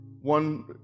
one